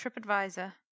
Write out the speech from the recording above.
TripAdvisor